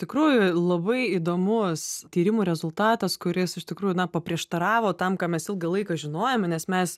tikrųjų labai įdomus tyrimų rezultatas kuris iš tikrųjų na paprieštaravo tam ką mes ilgą laiką žinojome nes mes